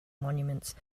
monuments